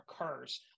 occurs